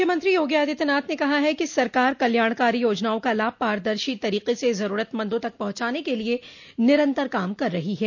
मुख्यमंत्री योगी आदित्यनाथ ने कहा है कि सरकार कल्याणकारी योजनाओं का लाभ पारदर्शी तरीके से ज़रूरतमंदों तक पहुंचाने के लिए निरंतर काम कर रही है